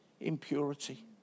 impurity